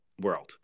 world